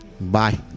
bye